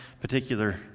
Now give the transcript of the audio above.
particular